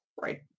Right